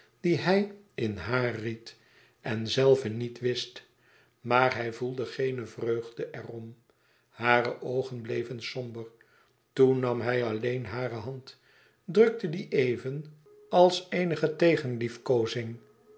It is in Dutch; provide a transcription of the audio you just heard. die hij in haar ried en zelve niet wist maar hij voelde geene vreugde er om hare oogen bleven somber toen nam hij alleen hare hand drukte die even als eenige tegenliefkoozing